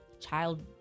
child